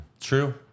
True